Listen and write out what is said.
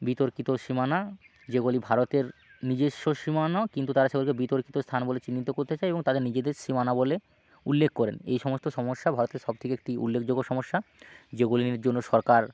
বিতর্কিত সীমানা যেগুলি ভারতের নিজস্ব সীমানাও কিন্তু তারা সেগুলোকে বিতর্কিত স্থান বলে চিহ্নিত করতে চায় এবং তাদের নিজেদের সীমানা বলে উল্লেখ করেন এই সমস্ত সমস্যা ভারতের সব থেকে একটি উল্লেখযোগ্য সমস্যা যেগুলির জন্য সরকার